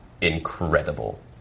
incredible